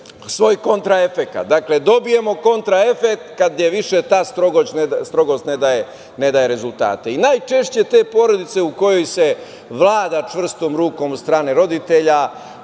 svoj kontra efekat. Dakle, dobijemo kontra efekat gde više ta strogost ne daje rezultate. Najčešće te porodice u kojima se vlada čvrstom rukom od strane roditelja